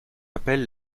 appelle